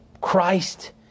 Christ